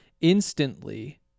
instantly